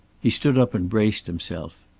he stood up and braced himself.